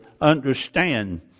understand